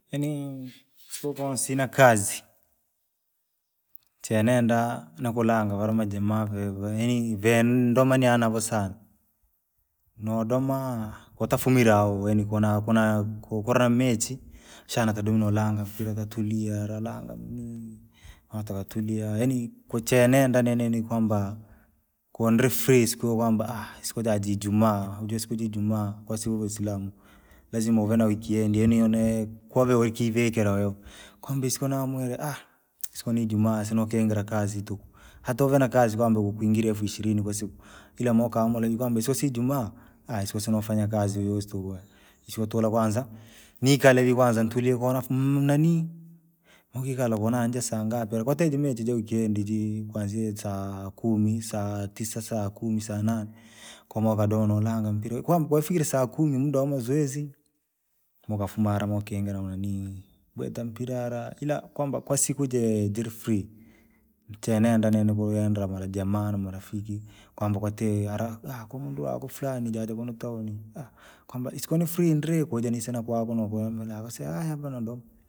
Yaani! Sio kwamba sina kazi. Chenenda nakulanga vala majaa ve- ve- yaani vee ndomana anavo sana. Noodoma! Kotafumile au yaani kona kona koo- koolya michi, shana tadome nolanga fika katulia lolanga yaani! Wata katulia, yaani kuchenenda nenene kwamba, kondri koo kwamba siku jaji ijumaa josiku jijumaa, kwa si waislamu. Lazima uve kovi voikivikila wewe, kwamba isiku namwire, siku na ijumaa isinoikingira kazi tuku, hata uve na kazi kwamba kwingira elfu ishirini kwasiku, ila mokamba nikwamba sosiku ya ijumaa. isiku nosifanya kazi yoyosi tuku, isiutula kwanza, nikala hivi kwanza ntulie kona mhu- nanii ukikala konanjie sangapi kwatite jimie jije jii! Kwanzia saa kumi, saa tisa, saa kumi, sanane, kwamba ukadoma nolanga mpira kwamba koifikire sakumi muda wa mazoezi. Mukafumala mukingira nanii bwita mpira lala, ila kwamba kwasiku je jili. chenenda nini kuiyendera marajamaa na marafiki, kwamba kwati hala aha kwa munndu flani jaja kuno, aha kwamba isiko ine ndri kuja nise na kwaguna na kwamba nakwamba navasea na valondo.